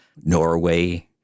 Norway